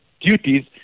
duties